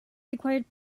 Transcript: required